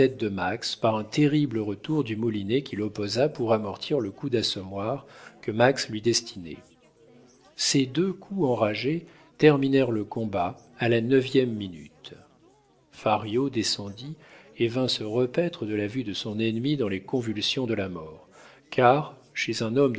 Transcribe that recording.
par un terrible retour du moulinet qu'il opposa pour amortir le coup d'assommoir que max lui destinait ces deux coups enragés terminèrent le combat à la neuvième minute fario descendit et vint se repaître de la vue de son ennemi dans les convulsions de la mort car chez un homme